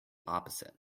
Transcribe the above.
opposite